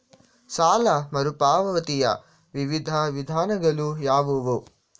ಸಾಲ ಮರುಪಾವತಿಯ ವಿವಿಧ ವಿಧಾನಗಳು ಯಾವುವು?